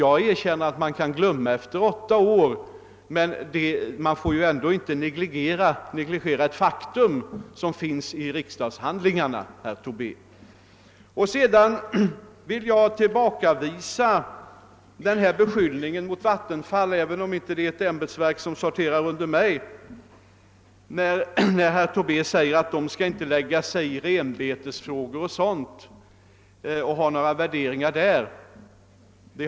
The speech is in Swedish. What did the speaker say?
Jag erkänner att man kan glömma efter åtta år, men man får ändå inte negligera ett faktum som finns i riksdagshandlingarna, herr Tobé. Sedan vill jag tillbakavisa beskyilningen mot Vattenfall, även om inte detta är ett ämbetsverk som sorterar under mig. Herr Tobé säger att Vattenfall inte skall lägga sig i renbetesfrågor o.d. och komma med värderingar på det området.